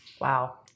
Wow